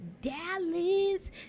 Dallas